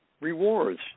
rewards